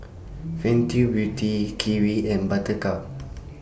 Fenty Beauty Kiwi and Buttercup